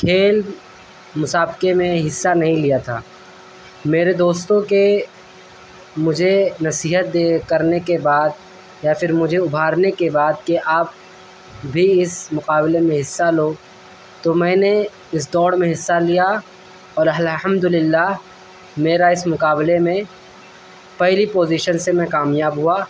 کھیل مسابقے میں حصہ نہیں لیا تھا میرے دوستوں کے مجھے نصیحت دے کرنے کے بعد یا پھر مجھے ابھارنے کے بعد کہ آپ بھی اس مقابلے میں حصہ لو تو میں نے اس دوڑ میں حصہ لیا اور الحمد للہ میرا اس مقابلے میں پہلی پوزیشن سے میں کامیاب ہوا